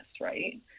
right